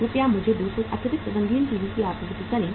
कृपया मुझे 200 अतिरिक्त रंगीन टीवी की आपूर्ति करें